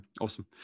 awesome